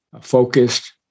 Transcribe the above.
focused